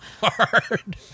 hard